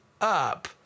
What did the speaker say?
up